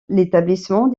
l’établissement